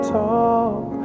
talk